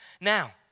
Now